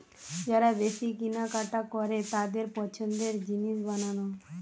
যারা বেশি কিনা কাটা করে তাদের পছন্দের জিনিস বানানো